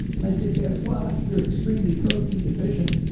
and i said guess what? you're extremely protein deficient.